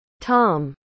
Tom